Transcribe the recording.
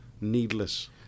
Needless